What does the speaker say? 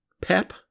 Pep